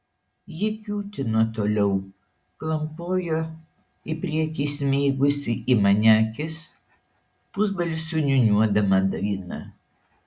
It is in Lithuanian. ji kiūtino toliau klampojo į priekį įsmeigusi į mane akis pusbalsiu niūniuodama dainą